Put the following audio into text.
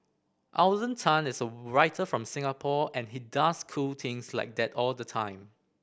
Alden Tan is a writer from Singapore and he does cool things like that all the time